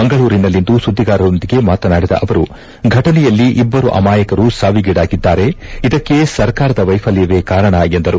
ಮಂಗಳೂರಿನಲ್ಲಿಂದು ಸುದ್ದಿಗಾರರೊಂದಿಗೆ ಮಾತನಾಡಿದ ಅವರು ಫಟನೆಯಲ್ಲಿ ಇಬ್ಬರು ಅಮಾಯಕರು ಸಾವಿಗೀಡಾಗಿದ್ದಾರೆ ಇದಕ್ಕೆ ಸರ್ಕಾರದ ವೈಫಲ್ಯವೇ ಕಾರಣ ಎಂದರು